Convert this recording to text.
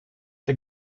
the